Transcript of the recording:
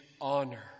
honor